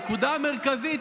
הנקודה המרכזית,